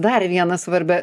dar vieną svarbią